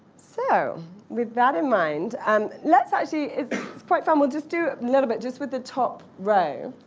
so with that in mind, and let's actually it's quite fun. we'll just do a little bit just with the top row.